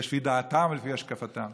לפי דעתם ולפי השקפתם,